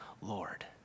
Lord